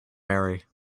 marry